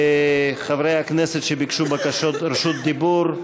חברי הכנסת שביקשו בקשות רשות דיבור,